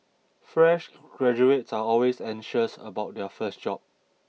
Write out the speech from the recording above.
fresh graduates are always anxious about their first job